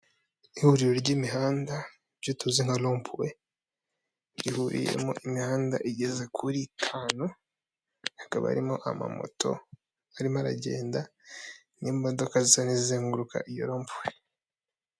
Abantu bari kukazu mu inzu igurisha amayinite, abayobozi noneho bagiye nko kubikuza cyangwa kubitsa cyangwa kugura ikarita yo guha....